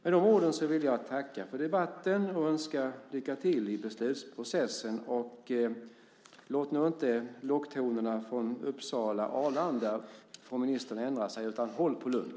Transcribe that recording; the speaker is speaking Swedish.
Med de orden vill jag tacka för debatten och önska lycka till i beslutsprocessen. Låt nu inte locktonerna från Uppsala och Arlanda få ministern att ändra sig, utan håll på Lund!